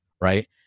Right